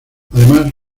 además